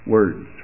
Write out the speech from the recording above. Words